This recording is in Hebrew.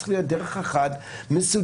צריכה להיות דרך אחת מסודרת.